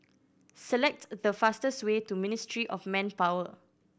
select the fastest way to Ministry of Manpower